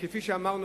כפי שאמרנו,